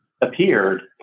appeared